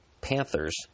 Panthers